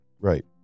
Right